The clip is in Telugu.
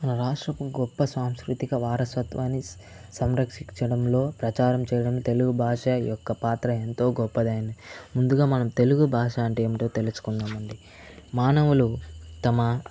మన రాష్ట్రపు గొప్ప సాంస్కృతిక వారసత్వాన్ని స సంరక్షిచ్చడంలో ప్రచారం చేయడం తెలుగు భాష యొక్క పాత్ర ఎంతో గొప్పదని ముందుగా మనం తెలుగు భాష అంటే ఏమిటో తెలుసుకుందామండి మానవులు తమ